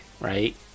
right